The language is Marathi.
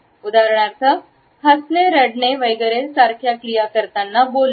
उदाहरणार्थ हसणे रडणे वगैरे सारखे क्रिया करताना बोलणे